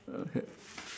okay